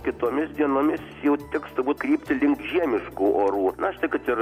kitomis dienomis jau teks turbūt krypti link žiemiškų orų na štai kad ir